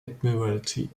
admiralty